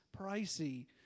pricey